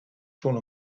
schon